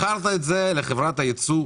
מכרת אותם לחברת הייצוא,